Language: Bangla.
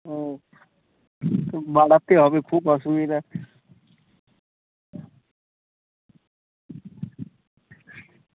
ও বাড়াতে হবে খুব অসুবিধা